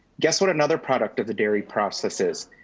guess what another product of the dairy process is.